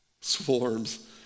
Swarms